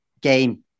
game